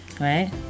right